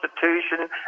constitution